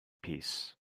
piece